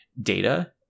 data